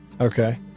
Okay